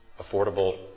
affordable